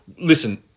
listen